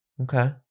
Okay